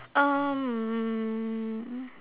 um